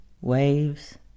waves